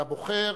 לבוחר: